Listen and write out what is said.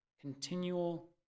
continual